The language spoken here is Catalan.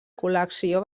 col·lecció